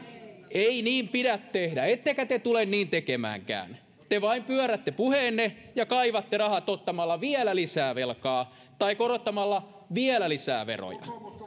ei niin pidä tehdä ettekä te tule niin tekemäänkään te vain pyörrätte puheenne ja kaivatte rahat ottamalla vielä lisää velkaa tai korottamalla vielä lisää veroja